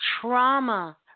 trauma